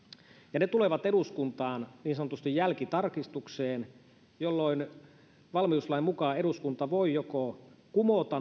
ja ne tulevat eduskuntaan niin sanotusti jälkitarkistukseen jolloin valmiuslain mukaan eduskunta voi joko kumota